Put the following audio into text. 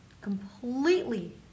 completely